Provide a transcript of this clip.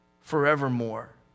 forevermore